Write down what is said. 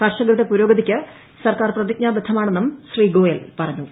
കർഷകരുടെ പുരോഗതിക്ക് സർക്കാർ പ്രതിജ്ഞാബദ്ധമാണെന്നും ശ്രീ ഗോയൽ പറഞ്ഞു